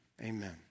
Amen